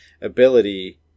ability